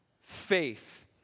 faith